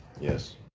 Yes